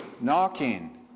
knocking